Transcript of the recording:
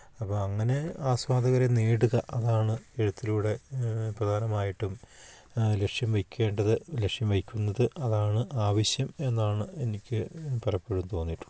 അപ്പം അങ്ങനെ ആസ്വാദകരെ നേടുക അതാണ് എഴുത്തിലൂടെ പ്രധാനമായിട്ടും ലക്ഷ്യം വയ്ക്കേണ്ടത് ലക്ഷ്യം വയ്ക്കുന്നത് അതാണ് ആവശ്യം എന്നാണ് എനിക്ക് പലപ്പോഴും തോന്നിയിട്ടുള്ളത്